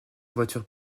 voitures